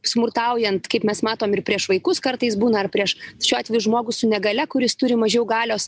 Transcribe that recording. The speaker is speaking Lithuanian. smurtaujant kaip mes matom ir prieš vaikus kartais būna ar prieš šiuo atveju žmogų su negalia kuris turi mažiau galios